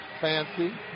Fancy